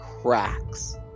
cracks